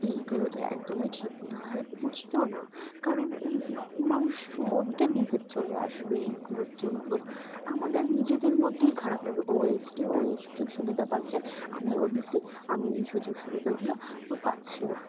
এইগুলো তো একদমই ঠিক না আর উচিতও না কারণ মানুষের মধ্যে বিভেদ চলে আসবে এইগুলোর জন্য আমাদের নিজেদের মধ্যেই খারাপ লাগবে ও এস টি ও এই সুযোগ সুবিধা পাচ্ছে আমি ও বি সি আমি এই সুযোগ সুবিধাগুলো ও পাচ্ছি না